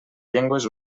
llengües